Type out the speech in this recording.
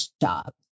job